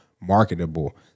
marketable